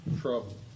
trouble